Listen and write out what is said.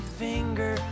finger